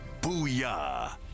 Booyah